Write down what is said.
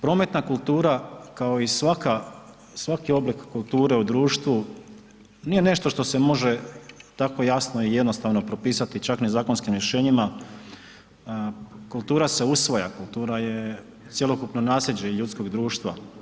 Prometna kultura kao i svaka, svaki oblik kulture u društvu nije nešto što se može tako jasno i jednostavno propisati čak ni zakonskim rješenjima, kultura se usvaja, kultura je cjelokupno nasljeđe ljudskog društva.